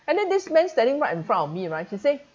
and then this man standing right in front of me right he say